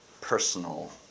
personal